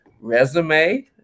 resume